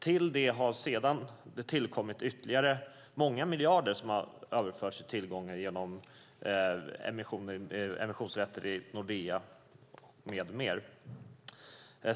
Till detta har sedan tillkommit ytterligare många miljarder som har överförts i tillgångar genom emissionsrätter i Nordea med mera.